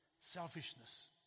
selfishness